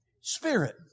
Spirit